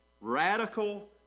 radical